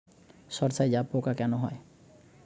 সর্ষায় জাবপোকা কেন হয়?